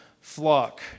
flock